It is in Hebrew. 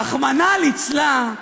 רחמנא ליצלן,